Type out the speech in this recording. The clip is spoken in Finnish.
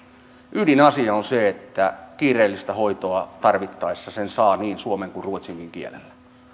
ydinasia on se että kiireellistä hoitoa tarvittaessa sen saa niin suomen kuin ruotsinkin kielellä